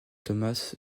thomas